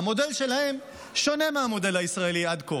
המודל שלהם שונה מהמודל הישראלי עד כה.